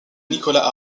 nicolas